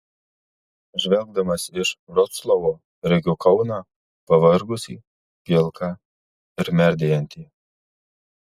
žvelgdamas iš vroclavo regiu kauną pavargusį pilką ir merdėjantį